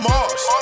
Mars